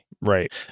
Right